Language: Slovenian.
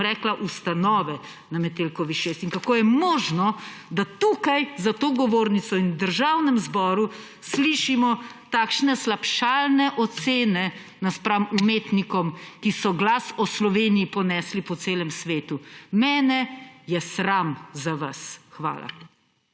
rekla, ustanove na Metelkovi 6, in kako je možno, da tukaj, za to govornico in v Državnem zboru slišimo takšne slabšalne ocene napram umetnikom, ki so glas o Sloveniji ponesli po celem svetu. Mene je sram za vas. Hvala.